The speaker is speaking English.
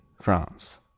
France